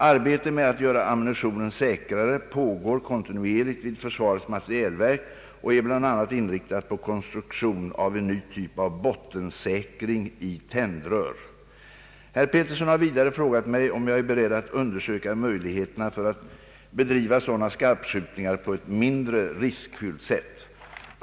Arbete med att göra ammunitionen säkrare pågår kontinuerligt vid försvareis materielverk och är bl.a. inriktat på konstruktion av en ny typ av bottensäkring i tändrör. Herr Pettersson har vidare frågat mig om jag är beredd att undersöka möjligheterna för att bedriva sådana skarpskjutningar på ett mindre riskfyllt sätt.